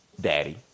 daddy